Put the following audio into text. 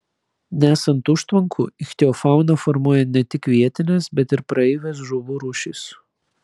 nesant užtvankų ichtiofauną formuoja ne tik vietinės bet ir praeivės žuvų rūšys